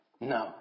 no